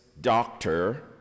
doctor